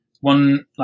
one